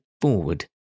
forward